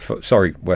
Sorry